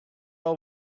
are